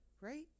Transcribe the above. Right